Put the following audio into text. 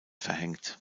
verhängt